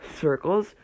circles